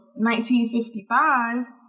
1955